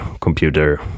computer